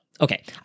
okay